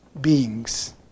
beings